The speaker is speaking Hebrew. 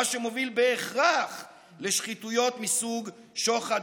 מה שמוביל בהכרח לשחיתויות מסוג שוחד,